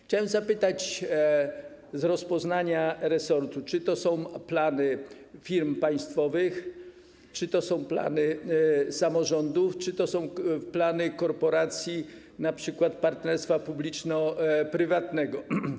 Chciałem zapytać, co wynika z rozpoznania resortu: Czy to są plany firm państwowych, czy to są plany samorządów, czy to są plany korporacji, np. w ramach partnerstwa publiczno-prywatnego?